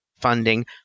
funding